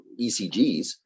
ECGs